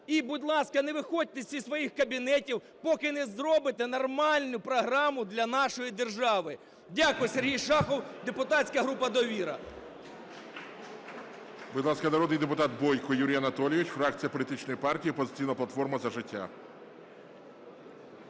І, будь ласка, не виходьте із своїх кабінетів, поки не зробити нормальну програму для нашої держави. Дякую. Сергій Шахов, депутатська група "Довіра".